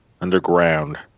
underground